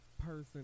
person